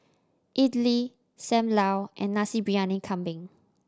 idly Sam Lau and Nasi Briyani Kambing